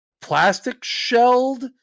plastic-shelled